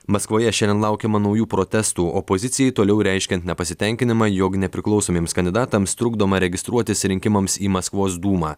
maskvoje šiandien laukiama naujų protestų opozicijai toliau reiškiant nepasitenkinimą jog nepriklausomiems kandidatams trukdoma registruotis rinkimams į maskvos dūmą